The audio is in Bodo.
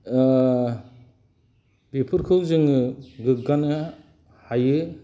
बेफोरखौ जोङो गोग्गानो हायो